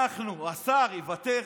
השר יוותר,